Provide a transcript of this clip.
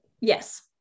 Yes